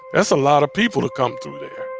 that's a lot of people to come through there